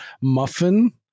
muffin